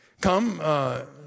come